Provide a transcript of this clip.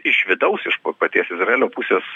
iš vidaus iš po paties izraelio pusės